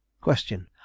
Question